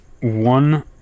one